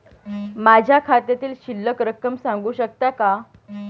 माझ्या खात्यातील शिल्लक रक्कम सांगू शकता का?